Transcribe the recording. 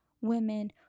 women